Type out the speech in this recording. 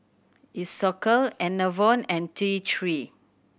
Isocal Enervon and T Three